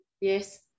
yes